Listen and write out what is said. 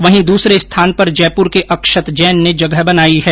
वहीं दूसरे स्थान पर जयपुर के अक्षत जैन ने जगह बनाई है